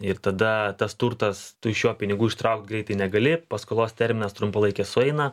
ir tada tas turtas tai šiuo pinigų ištraukti greitai negalėti paskolos terminas trumpalaikė sueina